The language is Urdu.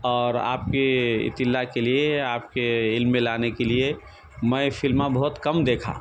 اور آپ کے اطلاع کے لیے آپ کے علم میں لانے کے لیے میں فلمیں بہت کم دیکھا